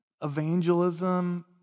evangelism